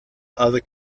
other